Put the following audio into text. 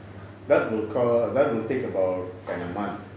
that will cost that will take about a month